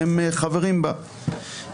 שהם חברים בה.